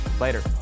Later